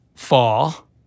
fall